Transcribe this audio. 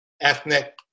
ethnic